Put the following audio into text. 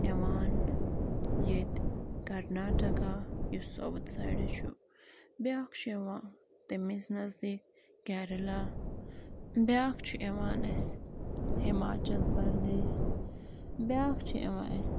یِوان ییٚتہِ کرناٹکہ یُس سَوُتھ سایڈٕ چھُ بیٛاکھ چھُ یِوان تٔمِس نزدیٖک کیریلا بیٛاکھ چھُ یِوان اسہِ ہماچل پردیش بیٛاکھ چھُ یِوان اسہِ